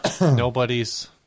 nobody's